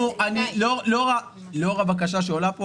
לאור הבקשה שעולה פה